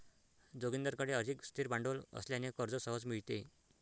जोगिंदरकडे अधिक स्थिर भांडवल असल्याने कर्ज सहज मिळते